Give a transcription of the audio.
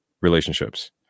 relationships